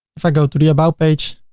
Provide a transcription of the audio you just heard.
if i go to the about page,